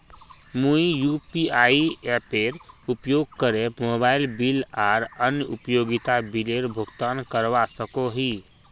मुई यू.पी.आई एपेर उपयोग करे मोबाइल बिल आर अन्य उपयोगिता बिलेर भुगतान करवा सको ही